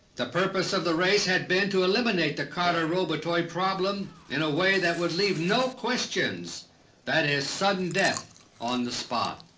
the purpose of the race had been to eliminate the carter robotoid problem in a way that would leave no questions that is, sudden death on the spot.